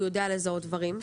הוא יודע לזהות דברים,